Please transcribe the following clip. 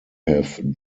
have